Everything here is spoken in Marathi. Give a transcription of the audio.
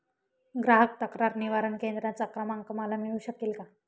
ग्राहक तक्रार निवारण केंद्राचा क्रमांक मला मिळू शकेल का?